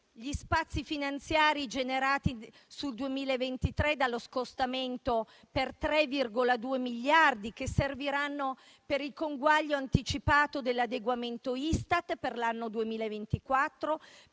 Gli spazi finanziari generati sul 2023 dallo scostamento per 3,2 miliardi, che serviranno per il conguaglio anticipato dell'adeguamento Istat per l'anno 2024,